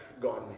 gone